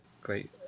great